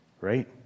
right